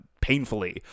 painfully